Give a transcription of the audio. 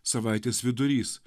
savaitės vidurys